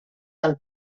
del